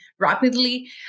rapidly